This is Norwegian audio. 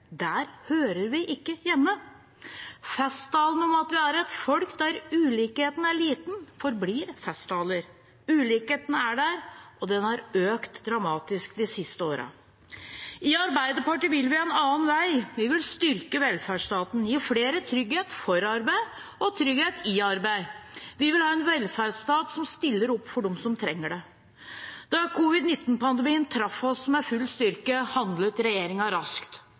Der hører vi ikke hjemme. Festtalene om at vi er et folk der ulikheten er liten, forblir festtaler. Ulikheten er der, og den har økt dramatisk de siste årene. I Arbeiderpartiet vil vi en annen vei. Vi vil styrke velferdsstaten, gi flere trygghet for arbeid og trygghet i arbeidet. Vi vil ha en velferdsstat som stiller opp for de som trenger den. Da covid-19-pandemien traff oss med full styrke, handlet regjeringen raskt.